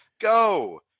Go